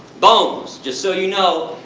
bones! just so you know,